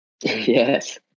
Yes